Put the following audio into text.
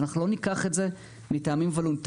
אנחנו לא ניקח את זה מטעמים וולונטריים,